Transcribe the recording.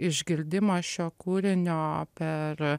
išgirdimas šio kūrinio per